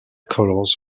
colors